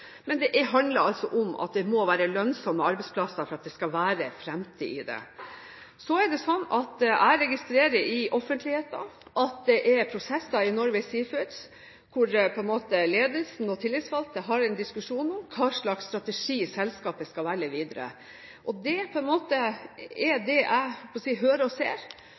Men det handler om at det må være lønnsomme arbeidsplasser for at det skal være fremtid i dem. Så registrerer jeg i offentligheten at det er prosesser i Norway Seafoods, hvor ledelsen og tillitsvalgte har en diskusjon om hva slags strategi selskapet skal velge videre. Det er det jeg hører og ser, og så ligger det